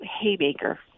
Haymaker